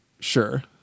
Sure